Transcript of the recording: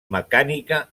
mecànica